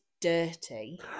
dirty